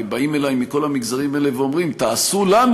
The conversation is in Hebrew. באים אלי מהמגזרים האלה ואומרים: תעשה לנו